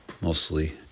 mostly